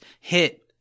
hit